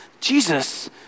Jesus